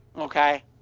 Okay